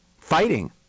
fighting